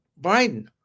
Biden